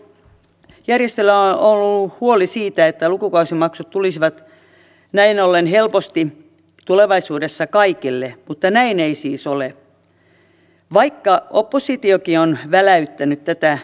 opiskelujärjestöillä on ollut huoli siitä että lukukausimaksut tulisivat näin ollen helposti tulevaisuudessa kaikille mutta näin ei siis ole vaikka oppositiokin on väläyttänyt tätä epäilystä